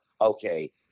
okay